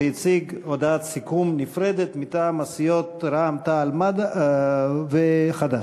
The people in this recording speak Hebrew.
שהציג הודעת סיכום נפרדת מטעם הסיעות רע"ם-תע"ל-מד"ע וחד"ש.